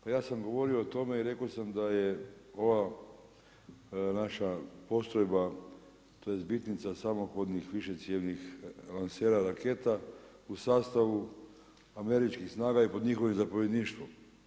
Pa ja sam govorio o tome i rekao sam da je ova naša postrojba, tj. bitnica samohodnih višecjevnih lansera raketa u sastavu američkih snaga i pod njihovim zapovjedništvom.